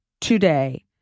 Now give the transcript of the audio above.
today